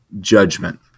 judgment